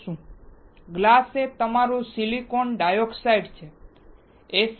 glass એ તમારું silicon dioxide છે SiO2